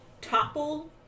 topple